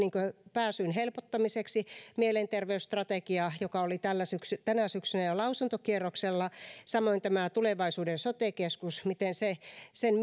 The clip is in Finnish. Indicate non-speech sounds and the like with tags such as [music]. pääsyn helpottamiseksi mielenterveysstrategia joka oli tänä syksynä jo lausuntokierroksella samoin tämä tulevaisuuden sote keskus miten sen [unintelligible]